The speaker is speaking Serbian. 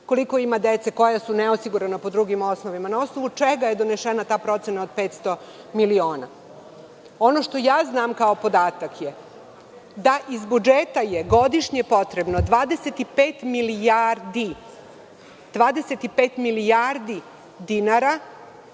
koliko ima dece koja su neosigurana po drugim osnovama? Na osnovu čega je donesena ta procena od 500.000.000?Ono što ja znam kao podatak je da je iz budžeta godišnje potrebno 25 milijardi dinara